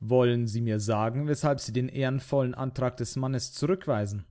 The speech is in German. wollen sie mir sagen weshalb sie den ehrenvollen antrag des mannes zurückweisen